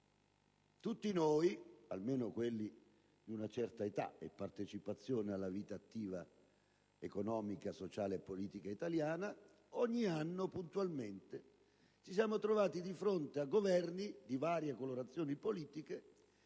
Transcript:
tutti noi - almeno quelli di una certa età e che hanno partecipato alla vita economica, sociale e politica italiana - ogni anno, puntualmente, ci siamo trovati di fronte a Governi di varie colorazioni politiche